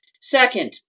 Second